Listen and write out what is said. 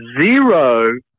zero